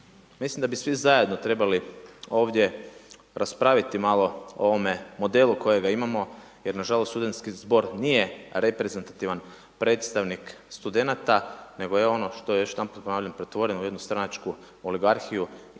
Mislim da bi svi zajedno trebali ovdje raspraviti malo o ovome modelu kojega imamo jer na žalost studentski zbor nije reprezentativan predstavnik studenata, nego je ono što još jednom ponavljam pretvoren u jednu stranačku oligarhiju i